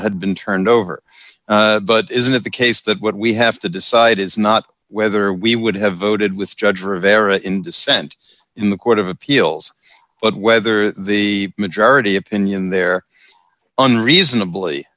well had been turned over but isn't it the case that what we have to decide is not whether we would have voted with judge rivera in dissent in the court of appeals but whether the majority opinion there unreasonably